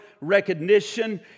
recognition